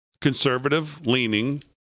conservative-leaning